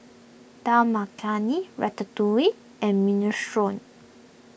Dal Makhani Ratatouille and Minestrone